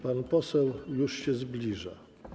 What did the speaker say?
Pan poseł już się zbliża.